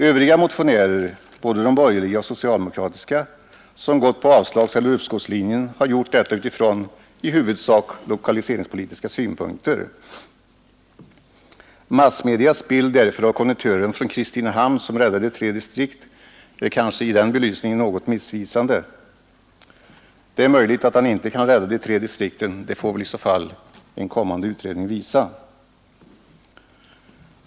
Övriga motionärer, både de borgerliga och socialdemokratiska, som gått på avslagseller uppskovslinjen, har gjort detta utifrån i huvudsak lokaliseringspolitiska synpunkter. Massmedias bild av konduktören från Kristinehamn som räddade tre distrikt är kanske i den belysningen något missvisande. Det är möjligt att han inte kan rädda de tre distrikten — det får en kommande utredning visa.